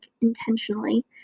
intentionally